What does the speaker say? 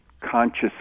conscious